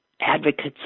advocates